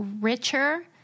richer